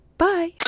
bye